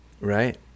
Right